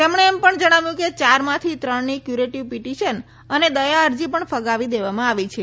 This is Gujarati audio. તેમણે એમ પણ જણાવ્યું કે ચારમાંથી ત્રણની ક્યુરેટીવ પીટીશન અને દયા અરજી પણ ફગાવી દેવામાં આવી છે